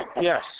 Yes